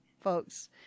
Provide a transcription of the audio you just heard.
folks